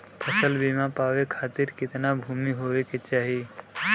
फ़सल बीमा पावे खाती कितना भूमि होवे के चाही?